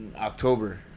October